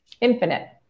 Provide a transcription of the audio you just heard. infinite